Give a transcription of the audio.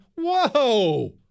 whoa